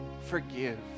Forgive